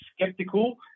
Skeptical